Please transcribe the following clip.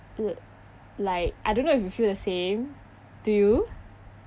l~ like I don't know if you feel the same do you